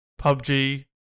PUBG